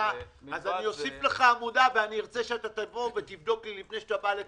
אני אוסיף לך עמודה ואני ארצה שאתה תבוא ותבדוק לי לפני שאתה בא לכאן,